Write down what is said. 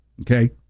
Okay